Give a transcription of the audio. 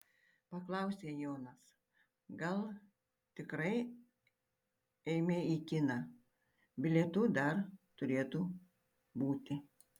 paklausė jonas gal tikrai eime į kiną bilietų dar turėtų būti